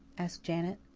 asked janet.